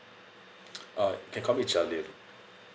uh can call me jalim